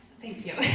thank you.